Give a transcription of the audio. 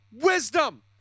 wisdom